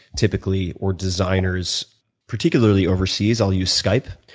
typically or designers particularly overseas i will use skype.